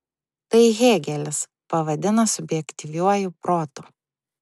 tai hėgelis pavadina subjektyviuoju protu